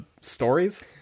stories